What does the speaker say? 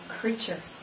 creature